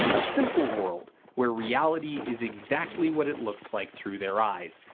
a simple world where reality is exactly what it looks like through their eyes,